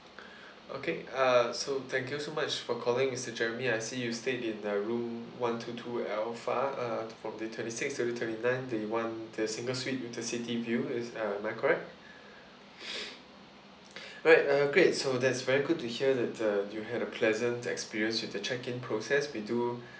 okay uh so thank you so much for calling mister jeremy I see you stayed in the room one two two alpha uh to from the twenty sixth to twenty nine the one the single suite with the city view is um am I correct alright uh great so that's very good to hear that uh you had a pleasant experience with the check-in process we do